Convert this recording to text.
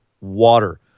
water